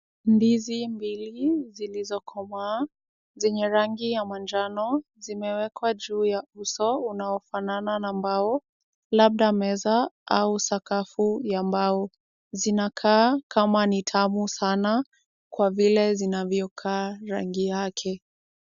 Ndizi mbili zilizokomaa zenye rangi ya manjano zimewekwa juu ya uso unaofanana na mbao labda meza au sakafu ya mbao. Zinakaa kama ni tamu sana kwa vile zinavyokaa rangi yake.